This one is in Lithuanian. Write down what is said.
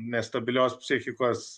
nestabilios psichikos